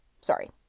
sorry